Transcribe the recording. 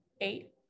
eight